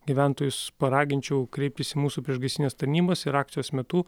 gyventojus paraginčiau kreiptis į mūsų priešgaisrinės tarnybas ir akcijos metu